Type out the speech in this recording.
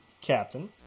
Captain